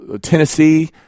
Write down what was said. Tennessee